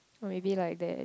or maybe like there